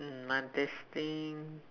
um my destined